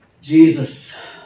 Jesus